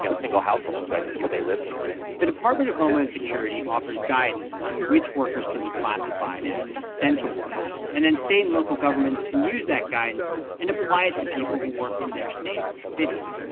you know single households right? the people they live near the department of homeland security offers guidance on which workers can be classified as essential workers, and then state and local governments can use that guidance and apply it to people who work in their states and cities.